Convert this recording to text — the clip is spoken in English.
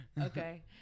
Okay